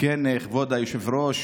כן, כבוד היושב-ראש.